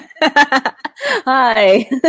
Hi